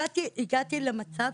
אני חושבת